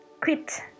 quit